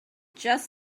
just